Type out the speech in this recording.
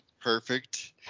perfect